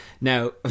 Now